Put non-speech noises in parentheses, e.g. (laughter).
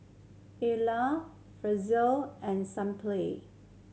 (unintelligible) and Sunplay